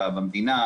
במדינה,